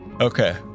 okay